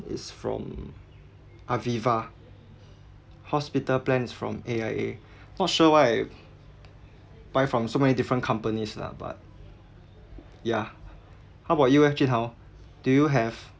it's from aviva hospital plan is from A_I_A not sure why I buy from so many different companies lah but yeah how about you eh jun-hao do you have